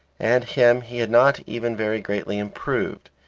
and him he had not even very greatly improved,